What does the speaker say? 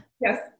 Yes